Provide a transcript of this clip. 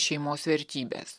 šeimos vertybes